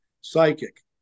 psychic